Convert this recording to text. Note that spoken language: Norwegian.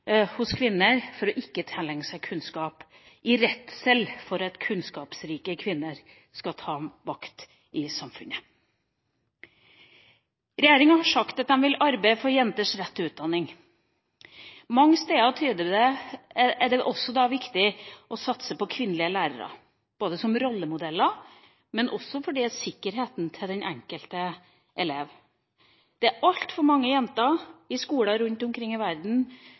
hos kvinner, for at de ikke skal tilegne seg kunnskap – av redsel for at kunnskapsrike kvinner skal ta makt i samfunnet. Regjeringa har sagt at den vil arbeide for jenters rett til utdanning. Mange steder er det da også viktig å satse på kvinnelige lærere – som rollemodeller, men også for sikkerheten til den enkelte elev. Det er altfor mange jenter i skoler rundt omkring i verden